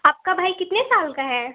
आपका भाई कितने साल का है